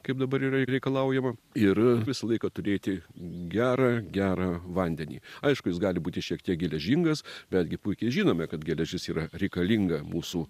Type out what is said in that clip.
kaip dabar yra reikalaujama ir visą laiką turėti gerą gerą vandenį aišku jis gali būti šiek tiek geležingas betgi puikiai žinome kad geležis yra reikalinga mūsų